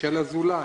וגם של ח"כ אזולאי.